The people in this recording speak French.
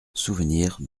souvenirs